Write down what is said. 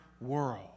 world